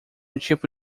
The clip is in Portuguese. tipo